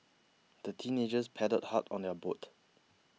the teenagers paddled hard on their boat